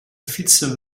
fietsen